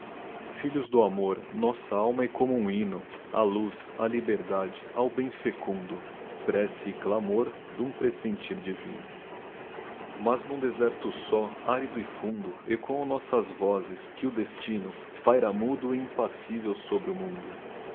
filhos do amor nossa alma é como um hymno á luz á liberdade ao bem fecundo prece e clamor d'um presentir divino mas n'um deserto só arido e fundo ecchoam nossas vozes que o destino paira mudo e impassivel sobre o mundo